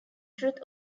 truth